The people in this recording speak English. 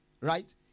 Right